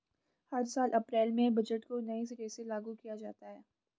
हर साल अप्रैल में बजट को नये सिरे से लागू किया जाता है